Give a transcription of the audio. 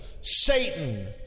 Satan